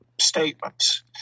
statements